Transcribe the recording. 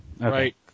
Right